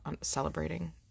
celebrating